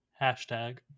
hashtag